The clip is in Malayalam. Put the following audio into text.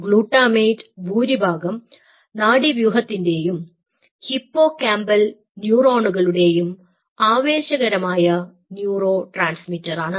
ഗ്ലൂട്ടാമേറ്റ് ഭൂരിഭാഗം നാഡീവ്യൂഹത്തിന്റെയും ഹിപ്പോകാമ്പൽ ന്യൂറോണുകളുടെയും ആവേശകരമായ ന്യൂറോട്രാൻസ്മിറ്ററാണ്